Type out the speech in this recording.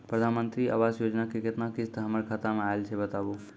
प्रधानमंत्री मंत्री आवास योजना के केतना किस्त हमर खाता मे आयल छै बताबू?